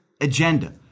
agenda